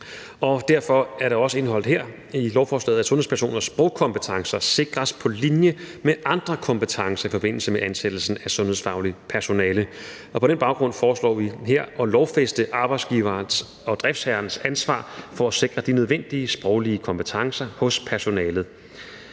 derfor er der også indeholdt her i lovforslaget, at sundhedspersoners sprogkompetencer sikres på linje med andre kompetencer i forbindelse med ansættelse af sundhedsfagligt personale. På den baggrund foreslår vi her at lovfæste arbejdsgiverens og driftsherrens ansvar for at sikre de nødvendige sproglige kompetencer hos personalet.